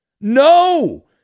No